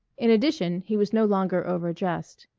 in addition he was no longer overdressed.